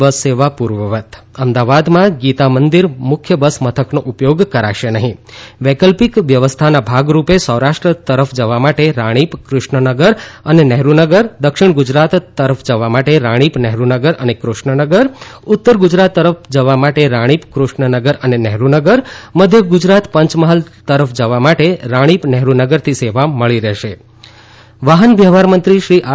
બસ સેવા પૂર્વવત અમદાવાદમાં ગીતા મંદિર મુખ્ય બસ મથકનો ઉપયોગ કરાશે નહીં વૈકલ્પિક વ્યવસ્થાના ભાગરૂપે સૌરાષ્ટ્ર તરફ જવા માટે રાણીપ કૃષ્ણનગર અને નહેરૂનગર દક્ષિણ ગુજરાત તરફ જવા માટે રાણીપ નહેરૂનગર અને કૃષ્ણનગર ઉત્તર ગુજરાત તરફ જવા માટે રાણીપ કૃષ્ણનગર અને નહેરૂનગર મધ્ય ગુજરાતપંચમહાલ તરફ જવા માટે રાણીપ નહેરૂનગરથી સેવા મળી રહેશે વાહન વ્યવહારમંત્રી શ્રી આર